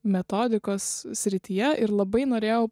metodikos srityje ir labai norėjau